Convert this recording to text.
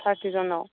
thirty जनआव